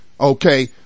okay